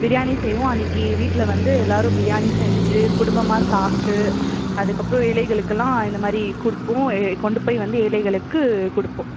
பிரியாணி செய்வோம் அன்னக்கு வீட்டில் வந்து எல்லாரும் பிரியாணி செஞ்சி குடும்பமாக சாப்பிட்டு அதற்கப்றம் ஏழைகளுக்கெல்லா இந்த மாதிரி கொடுப்போம் கொண்டு போய் வந்து ஏழைகளுக்கு கொடுப்போம்